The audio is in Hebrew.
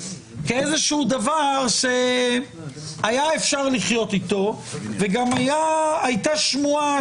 כדבר שהיה אפשר לחיות אתו וגם הייתה שמועה